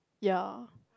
ya